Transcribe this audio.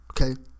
Okay